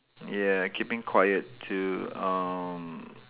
ya keeping quiet to um